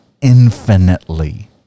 infinitely